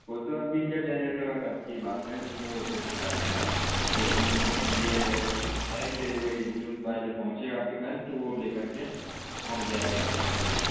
وہ تو اب بل جب جنریٹ ہوگا تب کی بات ہے اس میں وہ تو لکھا رہے گا لیکن یہ ہے کہ وہی نیوز بوائے جب پہنچے گا آپ کے گھر تو وہ لے کر کے پہنچ جائے گا آپ کا بل